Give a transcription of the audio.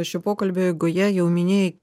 šio pokalbio eigoje jau minėjai